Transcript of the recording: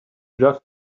just